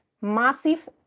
massive